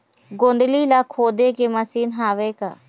गोंदली ला खोदे के मशीन हावे का?